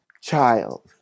child